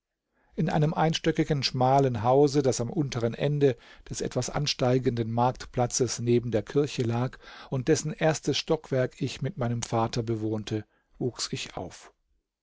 in einem einstöckigen schmalen hause das am unteren ende des etwas ansteigenden marktplatzes neben der kirche lag und dessen erstes stockwerk ich mit meinem vater bewohnte wuchs ich auf